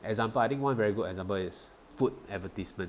example I think one very good example is food advertisement